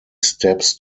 steps